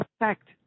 effect